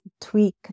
tweak